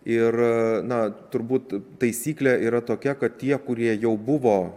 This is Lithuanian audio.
ir na turbūt taisyklė yra tokia kad tie kurie jau buvo